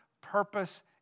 purpose